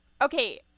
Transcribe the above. Okay